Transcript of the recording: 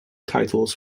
titles